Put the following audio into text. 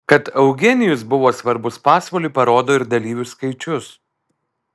kad eugenijus buvo svarbus pasvaliui parodo ir dalyvių skaičius